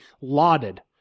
lauded